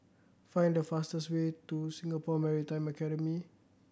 find the fastest way to Singapore Maritime Academy